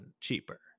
cheaper